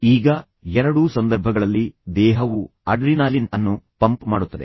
ಈಗ ಎರಡೂ ಸಂದರ್ಭಗಳಲ್ಲಿ ದೇಹವು ಅಡ್ರಿನಾಲಿನ್ ಅನ್ನು ಪಂಪ್ ಮಾಡುತ್ತದೆ